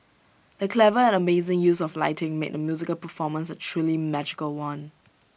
the clever and amazing use of lighting made the musical performance A truly magical one